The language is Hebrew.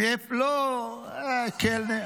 לא קלנר.